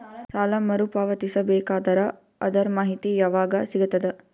ಸಾಲ ಮರು ಪಾವತಿಸಬೇಕಾದರ ಅದರ್ ಮಾಹಿತಿ ಯವಾಗ ಸಿಗತದ?